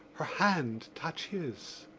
her hand touch his.